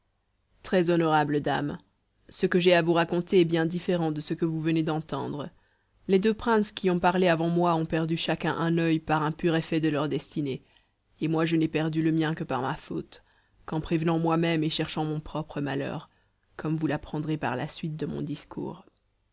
très-honorable dame ce que j'ai à vous raconter est bien différent de ce que vous venez d'entendre les deux princes qui ont parlé avant moi ont perdu chacun un oeil par un pur effet de leur destinée et moi je n'ai perdu le mien que par ma faute qu'en prévenant moi-même et cherchant mon propre malheur comme vous l'apprendrez par la suite de mon discours